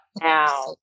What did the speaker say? Now